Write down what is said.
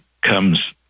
comes